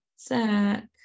Zach